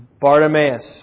Bartimaeus